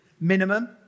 minimum